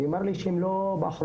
נאמר לי שהם לא באחריות.